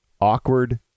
awkward